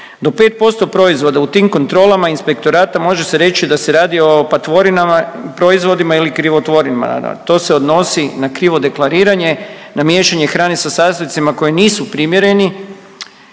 Do 5% proizvoda u tim kontrolama inspektorata može se reći da se radi o patvorinama proizvodima ili krivotvorinama, to se odnosi na krivo deklariranje, na miješanje hrane sa sastojcima koji nisu primjereni